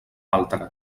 altra